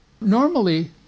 Normally